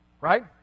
right